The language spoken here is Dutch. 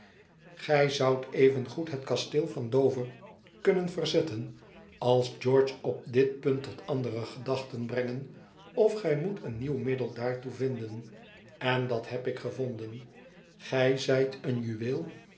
gij zoudt evengoed het kasteel van dover kunnen verzetten als george op dit punt tot andere gedachten brengen of gij moet een nieuw middel daartoe vinden en dat heb ik gevonden gij zijt een juweel